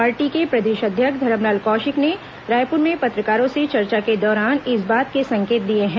party के प्रदेश अध्यक्ष धरमलाल कौशिक ने रायपुर में पत्रकारों से चर्चा के दौरान इस बात के संकेत दिए हैं